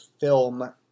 film